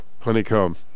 honeycomb